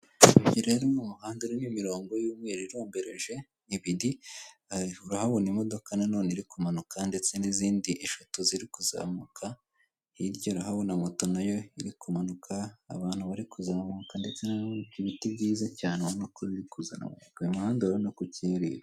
Abagore: umwe, babiri, batatu, bicaye ku ntebe z'imbaho, imbere yaho hari imeza iteretseho mudasobwa buri wese ari gukoresha. Imbere hari amadirishya y'umweru arimo ibirahure, ariho n'amarido y'umweru.